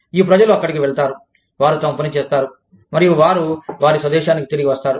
ఈ ప్రజలు అక్కడికి వెళతారు వారు తమ పని చేస్తారు మరియు వారు వారి స్వదేశానికి తిరిగి వస్తారు